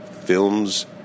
films